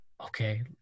Okay